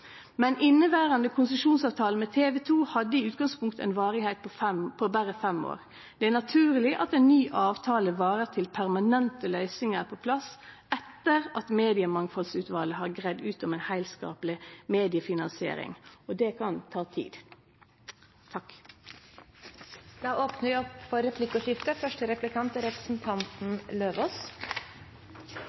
Men inneverande konsesjonsavtale med TV 2 hadde i utgangspunktet ei varigheit på berre fem år. Det er naturleg at ein ny avtale varer til permanente løysingar er på plass, etter at Mediemangfaldsutvalet har greidd ut om ein heilskapleg mediefinansiering, og det kan ta tid. Det blir replikkordskifte. Takk for